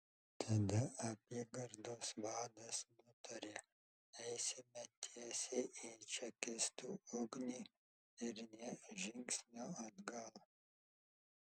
tada apygardos vadas nutarė eisime tiesiai į čekistų ugnį ir nė žingsnio atgal